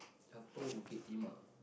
Upper Bukit-Timah